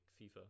fifa